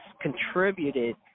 contributed